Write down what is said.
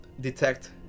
detect